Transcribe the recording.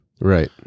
Right